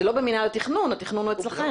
זה לא במינהל התכנון, התכנון הוא אצלכם.